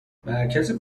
مرکز